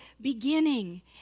beginning